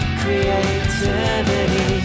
creativity